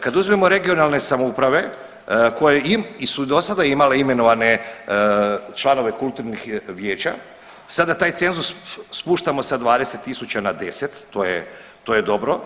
Kad uzimamo regionalne samouprave koje su do sada imale imenovane članove kulturnih vijeća sada taj cenzus spuštamo sa 20 000 na 10, to je dobro.